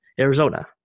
Arizona